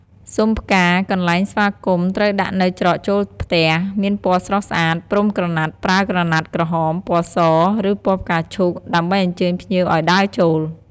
ស៊ុមផ្កាកន្លែងស្វាគមន៍ត្រូវដាក់នៅច្រកចូលផ្ទះ មានពណ៌ស្រស់ស្អាត ព្រំក្រណាត់ប្រើក្រណាត់ក្រហម ពណ៌ស ឬពណ៌ផ្កាឈូក ដើម្បីអញ្ជើញភ្ញៀវឲ្យដើរចូល។